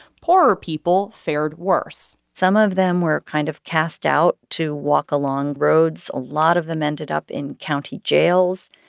poorer people fared worse some of them were kind of cast out to walk along roads. a lot of them ended up in county jails.